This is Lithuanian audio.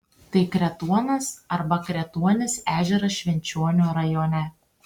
tai kretuonas arba kretuonis ežeras švenčionių rajone